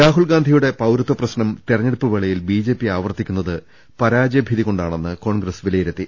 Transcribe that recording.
രാഹുൽഗാന്ധിയുടെ പൌരത്വപ്രശ്നം തെരഞ്ഞെടുപ്പ് വേളയിൽ ബിജെപി ആവർത്തിക്കുന്നത് പരാജയഭീതികൊണ്ടാണെന്ന് കോൺഗ്രസ് വിലയിരുത്തി